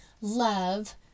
love